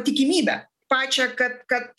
tikimybę pačią kad kad